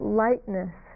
lightness